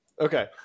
Okay